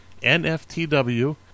nftw